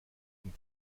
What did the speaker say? von